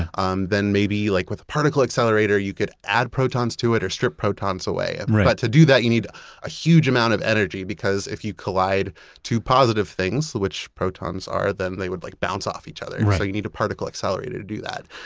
um then maybe, like with a particle accelerator, you could add protons to it or strip protons away right but to do that, you need a huge amount of energy, because if you collide two positive things, which protons are, then they would like bounce off each other and right so you need a particle accelerator to do that,